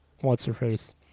what's-her-face